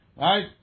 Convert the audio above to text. Right